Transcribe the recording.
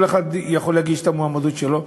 כל אחד יכול להגיש את המועמדות שלו.